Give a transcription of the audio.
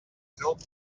helped